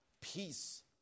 peace